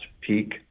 peak